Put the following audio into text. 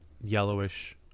yellowish